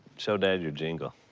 show dad your jingle.